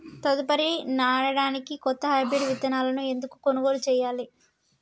తదుపరి నాడనికి కొత్త హైబ్రిడ్ విత్తనాలను ఎందుకు కొనుగోలు చెయ్యాలి?